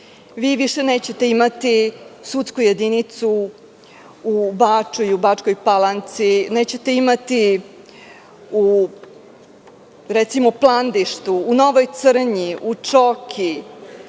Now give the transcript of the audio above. vi više nećete imati sudsku jedinicu u Baču i u Bačkoj Palanci, nećete imati recimo u Plandištu, u Novoj Crnji, u Čoki,